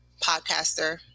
podcaster